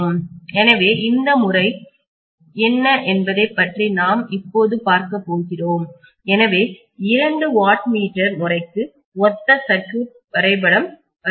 எனவே இந்த முறை என்ன என்பதைப் பற்றி நாம் இப்போது பார்க்கப் போகிறோம் எனவே இரண்டு வாட்மீட்டர் முறைக்கு ஒத்த சர்க்யூட் வரைபடம் வரைய வேண்டும்